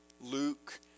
Luke